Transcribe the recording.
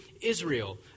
Israel